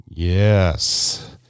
Yes